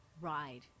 ride